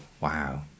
wow